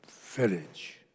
village